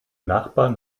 nachbarn